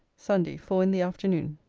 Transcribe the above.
sunday, four in the afternoon.